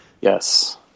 Yes